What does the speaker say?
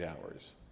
hours